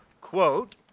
quote